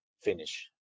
finish